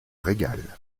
régal